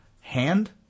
hand